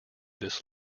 this